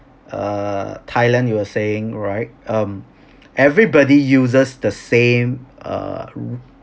err thailand you were saying right um everybody uses the same err